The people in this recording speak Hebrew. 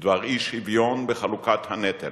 בדבר אי-שוויון בחלוקת הנטל,